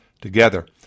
together